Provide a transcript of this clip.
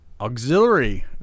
auxiliary